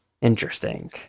Interesting